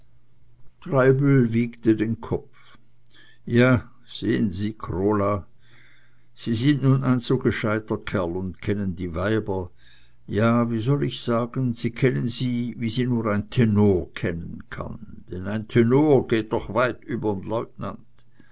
treibel wiegte den kopf ja sehen sie krola sie sind nun ein so gescheiter kerl und kennen die weiber ja wie soll ich sagen sie kennen sie wie sie nur ein tenor kennen kann denn ein tenor geht noch weit übern